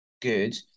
good